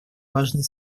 важной